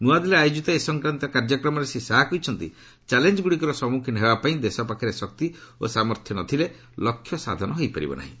ନୂଆଦିଲ୍ଲୀରେ ଆୟୋଜିତ ଏ ସଂକ୍ରାନ୍ତ କାର୍ଯ୍ୟକ୍ରମରେ ଶ୍ରୀ ଶାହା କହିଛନ୍ତି ଚ୍ୟାଲେଞ୍ଜଗୁଡ଼ିକର ସମ୍ମୁଖୀନ ହେବା ପାଇଁ ଦେଶ ପାଖରେ ଶକ୍ତି ଓ ସାମର୍ଥ୍ୟ ନଥିଲେ ଲକ୍ଷ୍ୟ ସାଧନ ହୋଇପାରିବ ନାହିଁ